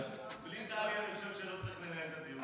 בלי טלי אני חושב שלא צריך לנהל את הדיון הזה.